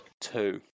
Two